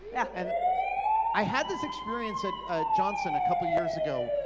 and i had this experience at johnson a couple years ago,